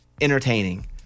entertaining